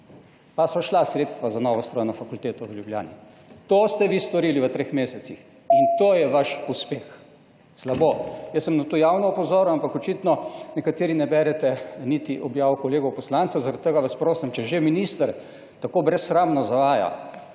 Pa so šla sredstva za novo strojno fakulteto v Ljubljani. To ste vi storili v treh mesecih / znak za konec razprave/ in to je vaš uspeh. Slabo. Jaz sem na to javno opozoril, ampak očitno nekateri ne berete niti objav kolegov poslancev, zaradi tega vas prosim, če že minister tako brezsramno zavaja,